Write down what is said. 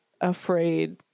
afraid